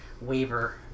waiver